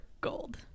gold